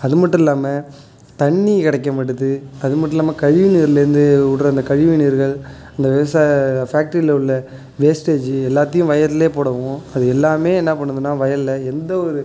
அது மட்டும் இல்லாமல் தண்ணி கிடைக்க மாட்டுது அது மட்டும் இல்லாமல் கழிவு நீர்லேருந்து விட்ற அந்த கழிவு நீர்கள் இந்த விவசாய ஃபேக்ட்ரில உள்ள வேஸ்ட்டேஜ் எல்லாத்தையும் வயல்லே போடவும் அது எல்லாமே என்ன பண்ணுதுன்னா வயல்ல எந்த ஒரு